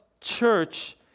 church